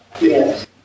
Yes